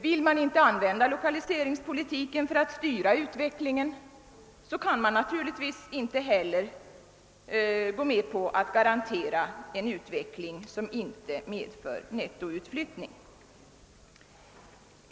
Vill man inte använda lokaliseringspolitiken för att styra utvecklingen, kan man naturligtvis inte heller gå med på att garantera en utveckling som inte medför nettoutflyttning.